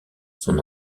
son